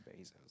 Bezos